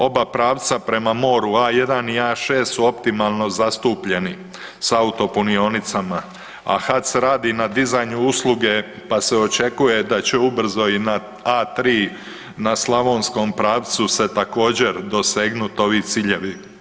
Oba pravca prema moru A1 i A6 su optimalno zastupljeni sa autopunionicama, a HAC radi na dizanju usluge pa se očekuje da će ubrzo i na A3 na slavonskom pravcu se također dosegnuti ovi ciljevi.